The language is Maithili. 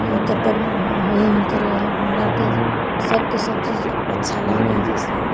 हुनकर पबनी ओहन होइ हइ हुनकर हमराके सबके सब चीज अच्छा लागै हइ जैसे